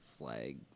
Flag